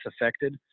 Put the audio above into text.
affected